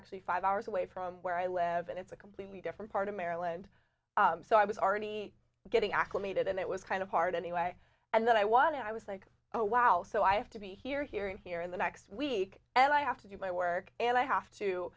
actually five hours away from where i live and it's a completely different part of maryland so i was already getting acclimated and it was kind of hard anyway and then i was i was like oh wow so i have to be here here and here in the next week and i have to do my work and i have to